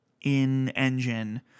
in-engine